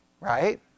right